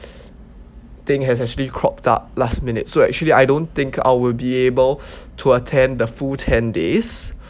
thing has actually cropped up last minute so actually I don't think I will be able to attend the full ten days